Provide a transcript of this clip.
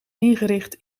ingericht